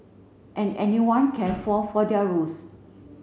and anyone can fall for their ruse